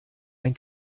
ein